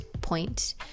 point